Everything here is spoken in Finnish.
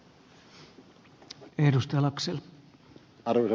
arvoisa puhemies